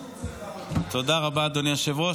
תודה רבה, אדוני היושב-ראש.